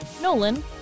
Nolan